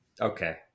Okay